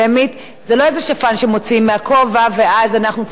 זה לא איזה שפן שמוציאים מהכובע ואז אנחנו צריכים לרוץ.